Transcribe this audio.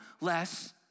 less